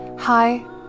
Hi